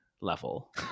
level